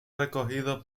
recogido